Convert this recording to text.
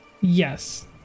Yes